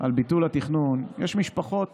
על ביטול התכנון, יש משפחות